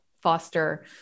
foster